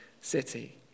city